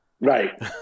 right